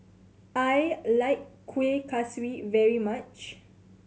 I like Kueh Kaswi very much